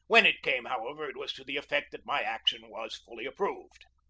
when it came, however, it was to the effect that my action was fully approved.